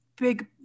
big